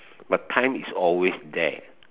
but time is always there